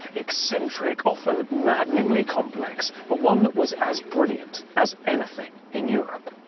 eccentric often maddeningly complex, but one that was as brilliant as anything in europe.